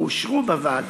אושרו בוועדה,